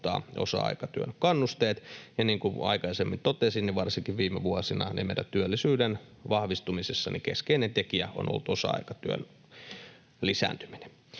osa-aikatyön kannusteet. Ja niin kuin aikaisemmin totesin, niin varsinkin viime vuosina meidän työllisyyden vahvistumisessa keskeinen tekijä on ollut osa-aikatyön lisääntyminen.